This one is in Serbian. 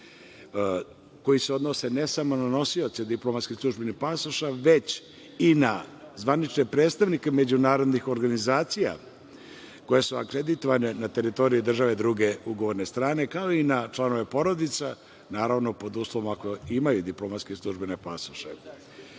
koji se odnose ne samo na nosioce diplomatskih i službenih pasoša, već i na zvanične predstavnike međunarodnih organizacija koje su akreditovane na teritoriji države druge ugovorne strane, kao i na članove porodica, naravno pod uslovom ako imaju diplomatske službene